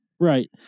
Right